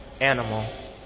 animal